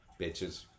Bitches